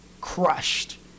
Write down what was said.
crushed